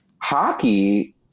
hockey